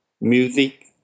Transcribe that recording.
music